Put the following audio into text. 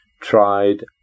tried